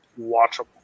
watchable